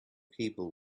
people